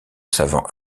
savant